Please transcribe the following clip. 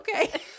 Okay